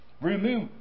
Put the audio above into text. Remove